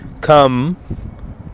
come